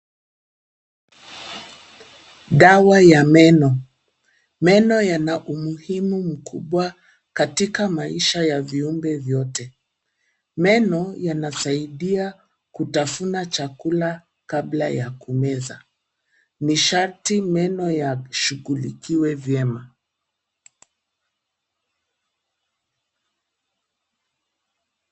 Dawa ya meno. Meno yana umuhimu mkubwa katika maisha ya viumbe vyote. Meno yanasaidia kutafuna chakula kabla ya kumeza. Ni sharti meno yashughulikiwe vyema.